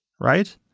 Right